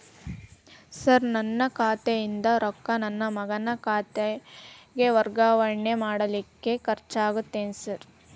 Sir ನನ್ನ ಖಾತೆಯಿಂದ ರೊಕ್ಕ ನನ್ನ ಮಗನ ಖಾತೆಗೆ ವರ್ಗಾವಣೆ ಮಾಡಲಿಕ್ಕೆ ಖರ್ಚ್ ಆಗುತ್ತೇನ್ರಿ?